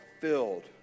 filled